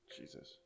jesus